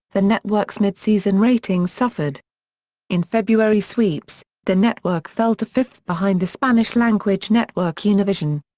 the network's mid-season ratings suffered in february sweeps, the network fell to fifth behind the spanish-language network univision.